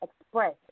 express